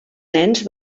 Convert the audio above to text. nens